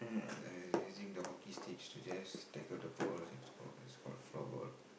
I using the hockey sticks to just tackle the ball and score it's called floorball